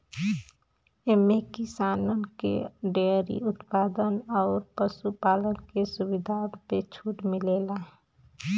एम्मे किसानन के डेअरी उत्पाद अउर पशु पालन के सुविधा पे छूट मिलेला